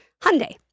Hyundai